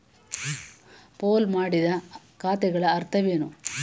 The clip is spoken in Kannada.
ಪೂಲ್ ಮಾಡಿದ ಖಾತೆಗಳ ಅರ್ಥವೇನು?